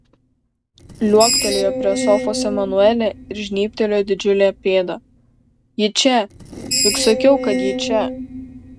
liuoktelėjo prie sofos emanuelė ir žnybtelėjo didžiulę pėdą ji čia juk sakiau kad ji čia